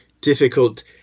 difficult